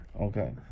Okay